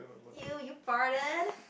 !eww! you farted